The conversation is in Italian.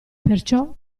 perciò